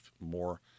more